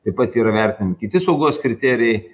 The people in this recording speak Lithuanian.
taip pat yra vertinti kiti saugos kriterijai